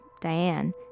Diane